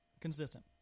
consistent